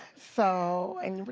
so and but